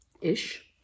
ish